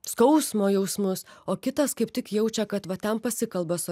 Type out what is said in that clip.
skausmo jausmus o kitas kaip tik jaučia kad va ten pasikalba su